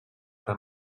ara